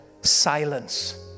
silence